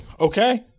Okay